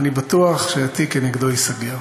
אני בטוח שהתיק נגדו ייסגר,